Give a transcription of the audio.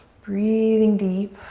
breathing deep.